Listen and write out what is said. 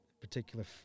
particular